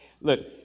look